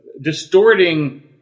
distorting